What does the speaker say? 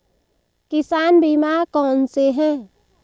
किसान बीमा कौनसे हैं?